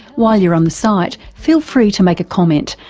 while you're on the site, feel free to make a comment,